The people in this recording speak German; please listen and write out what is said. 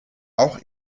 auch